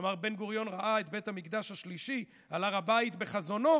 כלומר בן-גוריון ראה את בית המקדש השלישי על הר הבית בחזונו,